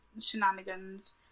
shenanigans